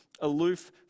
aloof